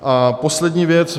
A poslední věc.